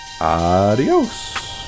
adios